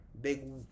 big